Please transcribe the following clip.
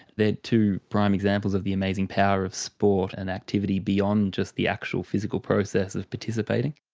they are two prime examples of the amazing power of sport and activity beyond just the actual physical process of participating.